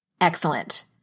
Excellent